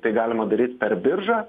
tai galima daryt per biržą